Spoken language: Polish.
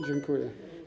Dziękuję.